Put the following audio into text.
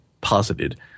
posited